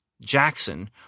Jackson